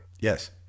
yes